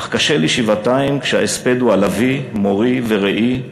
אך קשה לי שבעתיים כשההספד הוא על אבי, מורי ורעי,